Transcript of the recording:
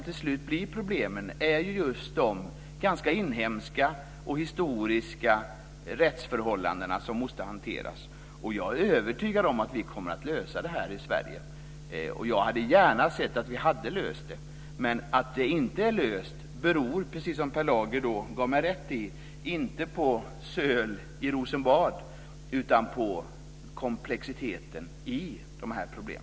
Till slut är det problemen med de inhemska och historiska rättsförhållandena som måste hanteras. Jag är övertygad om att vi kommer att lösa detta problem i Sverige. Och jag hade gärna sett att vi hade löst det. Men att det inte är löst beror, precis som Per Lager gav mig rätt i, inte på söl i Rosenbad utan på komplexiteten i dessa problem.